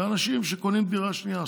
לאנשים שקונים דירה שנייה.